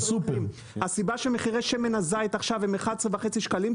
הסיבה שמחירי שמן הזית עכשיו הם 11.5 שקלים,